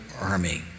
army